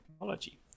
technology